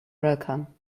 welcome